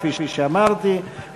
כפי שאמרתי,